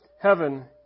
Heaven